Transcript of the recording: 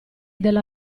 della